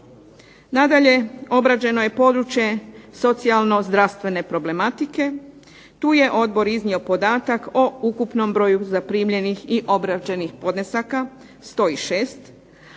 Nadalje, obrađeno je područje socijalno-zdravstvene problematike, tu je Odbor iznio podatak o ukupnom broju zaprimljenih i obrađenih podnesaka, 106